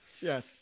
Yes